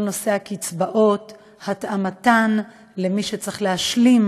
כל נושא הקצבאות והתאמתן למי שצריך להשלים.